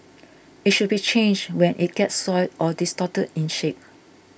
it should be changed when it gets soiled or distorted in shape